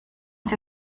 sie